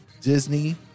Disney